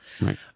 Right